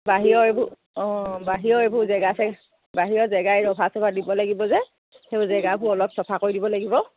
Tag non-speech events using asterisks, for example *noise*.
বাহিৰৰ এইবোৰ অঁ বাহিৰৰ এইবোৰ জেগা চেগা বাহিৰৰ *unintelligible* চফা দিব লাগিব যে সেই জেগাবোৰ অলপ চাফা কৰি দিব লাগিব